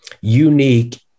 unique